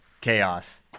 Chaos